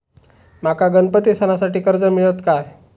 माका गणपती सणासाठी कर्ज मिळत काय?